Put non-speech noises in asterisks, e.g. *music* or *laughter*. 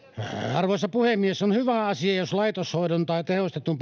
arvoisa puhemies on hyvä asia jos laitoshoidon tai tehostetun *unintelligible*